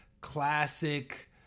classic